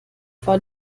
war